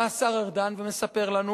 בא השר ארדן ומספר לנו,